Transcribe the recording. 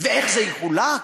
ואיך זה יחולק?